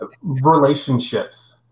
Relationships